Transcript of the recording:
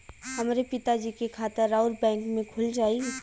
हमरे पिता जी के खाता राउर बैंक में खुल जाई?